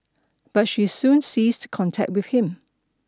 but she soon ceased contact with him